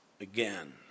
again